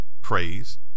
praise